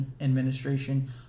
administration